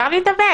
מותר לי לדבר.